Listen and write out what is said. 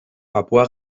papua